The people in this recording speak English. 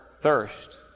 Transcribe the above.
thirst